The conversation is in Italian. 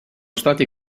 stati